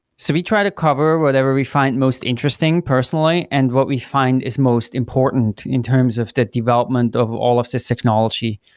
so we try to cover whatever we find most interesting personally personally and what we find is most important, in terms of the development of all of this technology.